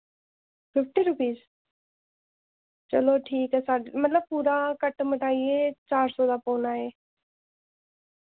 fifty rupees चलो ठीक ऐ मतलब पूरा कट मटाइयै चार सौ दा पौना एह्